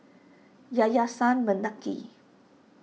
Yayasan Mendaki